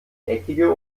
eckige